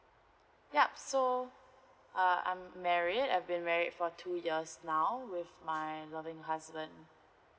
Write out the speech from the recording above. yup so uh I'm married I've been married for two years now with my loving husband